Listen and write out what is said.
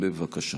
בבקשה.